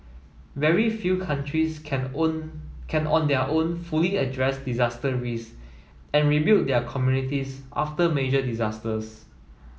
very few countries can own can on their own fully address disaster risk and rebuild their communities after major disasters